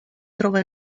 trova